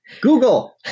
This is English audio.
google